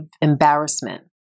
embarrassment